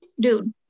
dude